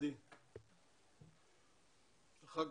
אחרי